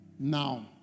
Now